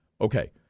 Okay